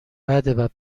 بده